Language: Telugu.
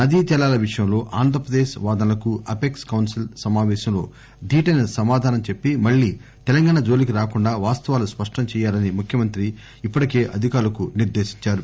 నదీజలాల విషయంలో ఆంధ్రప్రదేశ్ వాదనలకు అపెక్స్ కౌన్సిల్ భేటీలో ధీటైన సమాధానం చెప్పి మళ్లీ తెలంగాణ జోలికి రాకుండా వాస్తవాలు స్పష్టం చేయాలని ముఖ్యమంత్రి ఇప్పటికే అధికారులకు నిర్దేశించారు